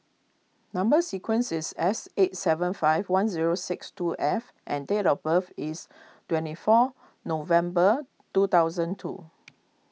Number Sequence is S eight seven five one zero six two F and date of birth is twenty four November two thousand two